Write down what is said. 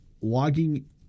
logging